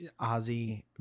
Ozzy